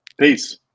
Peace